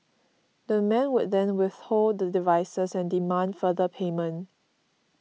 the men would then withhold the devices and demand further payment